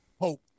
hope